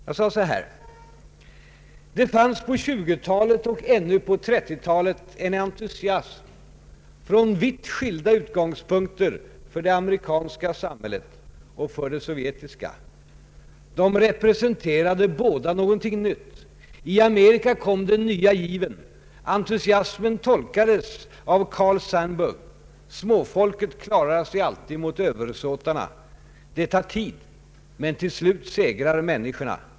Jag sade så här: ”Det fanns på tjugotalet och ännu på trettiotalet en entusiasm — från vitt skilda utgångspunkter — för det amerikanska samhället och för det sovjetiska. De representerade båda någonting nytt. I Amerika kom den nya given. Entusiasmen tolkades i Amerika av Carl Sandburg: småfolket klarar sig alltid mot översåtarna. Det tar tid men till slut segrar människorna.